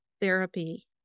therapy